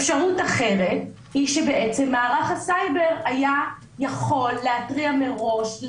אפשרות אחרת היא שבעצם מערך הסייבר היה יכול להתריע מראש,